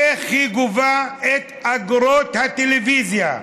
איך היא גובה את אגרות הטלוויזיה.